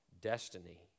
destiny